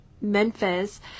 Memphis